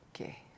Okay